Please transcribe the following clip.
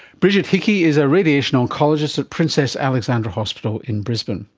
brigid hickey is a radiation oncologist at princess alexandra hospital in brisbane.